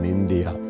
India